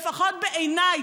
לפחות בעיניי.